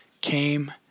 came